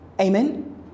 amen